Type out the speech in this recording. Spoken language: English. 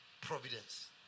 providence